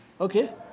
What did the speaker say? okay